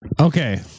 Okay